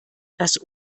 das